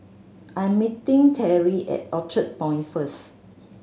I'm meeting Teri at Orchard Point first